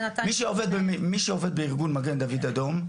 מי שעובד בארגון מגן דוד אדום,